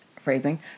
phrasing